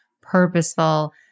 purposeful